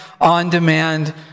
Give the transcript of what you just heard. on-demand